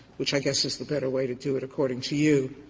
which i guess is the better way to do it, according to you.